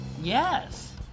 Yes